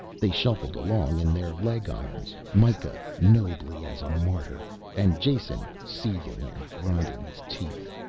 they shuffled along in their leg-irons, mikah nobly as a martyr and jason seething and grinding his teeth.